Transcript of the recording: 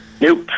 Nope